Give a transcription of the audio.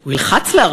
הוא ילחץ לו את היד?